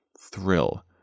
thrill